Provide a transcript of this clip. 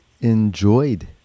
enjoyed